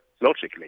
logically